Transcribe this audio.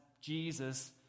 Jesus